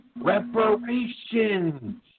Reparations